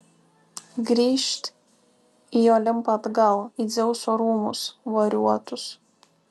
grįžt į olimpą atgal į dzeuso rūmus variuotus